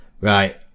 right